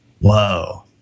whoa